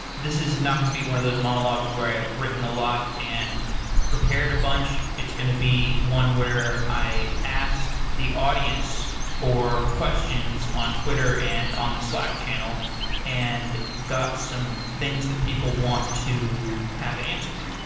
this is not going to be one of those monologues where i've written a lot and prepared a bunch. it's going to be one where i asked the audience for questions on twitter and on the slack channel and got some things that people want to have answered.